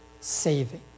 saving